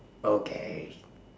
okay